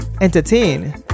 entertain